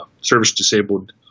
service-disabled